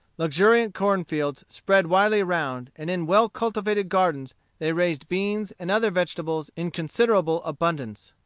luxuriant corn-fields spread widely around, and in well-cultivated gardens they raised beans and other vegetables in considerable abundance.